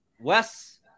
Wes